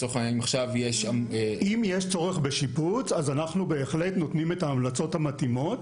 אם יש צורך בשיפוץ אז אנחנו בהחלט נותנים את ההמלצות המתאימות